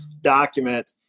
document